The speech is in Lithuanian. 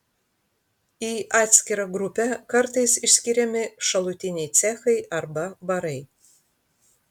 į atskirą grupę kartais išskiriami šalutiniai cechai arba barai